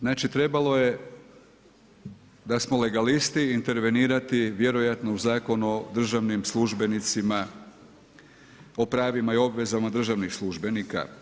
Znači trebalo je da smo legalisti intervenirati vjerojatno u Zakon o državnim službenicima, o pravima i obvezama državnih službenika.